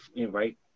right